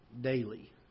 daily